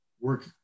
work